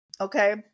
Okay